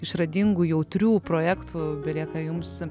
išradingų jautrių projektų belieka jums